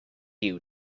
you